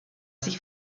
sich